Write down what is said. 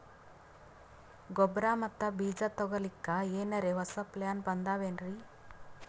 ಗೊಬ್ಬರ ಮತ್ತ ಬೀಜ ತೊಗೊಲಿಕ್ಕ ಎನರೆ ಹೊಸಾ ಪ್ಲಾನ ಬಂದಾವೆನ್ರಿ?